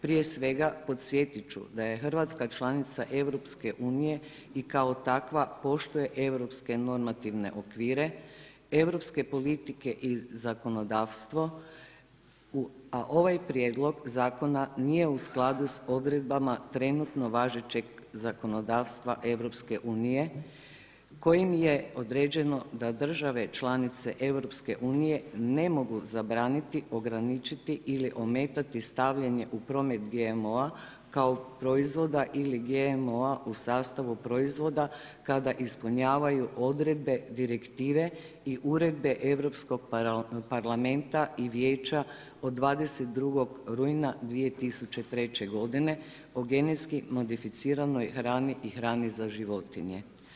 Prije svega, podsjetit ću da je RH članica EU i kao takva poštuje europske normativne okvire, europske politike i zakonodavstvo, a ovaj Prijedlog Zakona nije u skladu s odredbama trenutno važećeg zakonodavstva EU kojim je određeno da države članice EU ne mogu zabraniti, ograničiti ili ometati stavljanje u promet GMO-a kao proizvoda ili GMO-a u sastavu proizvoda kada ispunjavaju odredbe Direktive i Uredbe Europskog parlamenta i Vijeća od 22. runa 2003. godine o genetski modificiranoj hrani i hrani za životinje.